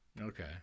Okay